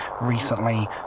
recently